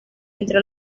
entre